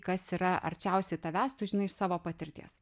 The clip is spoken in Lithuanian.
kas yra arčiausiai tavęs tu žinai iš savo patirties